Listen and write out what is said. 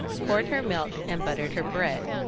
poured her milk, and buttered her bread.